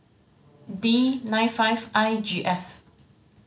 D nine five I G F